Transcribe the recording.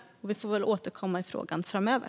Vi får återkomma i frågan framöver.